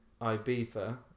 Ibiza